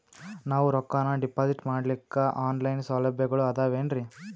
ನಾವು ರೊಕ್ಕನಾ ಡಿಪಾಜಿಟ್ ಮಾಡ್ಲಿಕ್ಕ ಆನ್ ಲೈನ್ ಸೌಲಭ್ಯಗಳು ಆದಾವೇನ್ರಿ?